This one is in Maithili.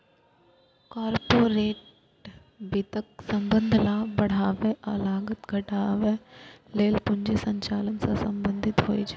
कॉरपोरेट वित्तक संबंध लाभ बढ़ाबै आ लागत घटाबै लेल पूंजी संचालन सं संबंधित होइ छै